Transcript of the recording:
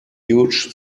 huge